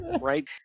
right